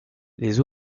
les